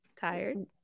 tired